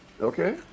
Okay